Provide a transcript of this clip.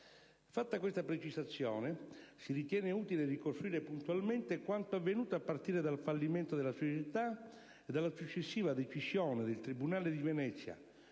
Fatta questa precisazione, si ritiene utile ricostruire puntualmente quanto avvenuto, a partire dal fallimento della società e dalla successiva decisione del tribunale di Venezia,